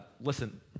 listen